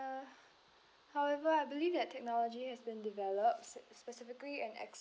however I believe that technology has been developed sp~ specifically and expertly